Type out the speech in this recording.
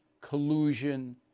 collusion